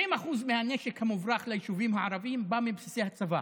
70% מהנשק שמוברח ליישובים הערביים בא מבסיסי הצבא.